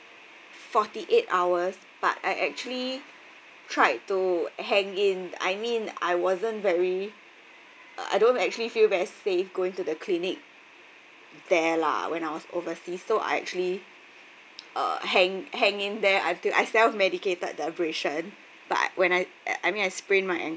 forty eight hours but I actually tried to hang in I mean I wasn't very uh I don't actually feel very safe going to the clinic there lah when I was overseas so I actually uh hang hang in there until I self medicated the abrasion but when I uh I mean I sprained my ankle